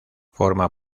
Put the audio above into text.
forma